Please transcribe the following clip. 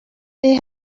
they